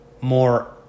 more